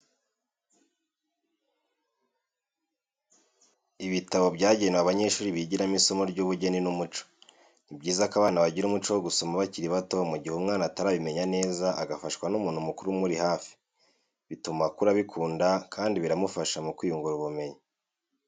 Ibitabo byagewe abanyeshuri bigiramo isomo ry'ubugeni n'umuco, ni byiza ko abana bagira umuco wo gusoma bakiri bato mu gihe umwana atarabimenya neza agafaswa n'umuntu mukuru umuri hafi, bituma akura abikunda kandi biramufasha mu kwiyungura ubumenyi.